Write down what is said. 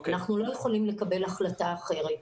אנחנו לא יכולים לקבל החלטה אחרת.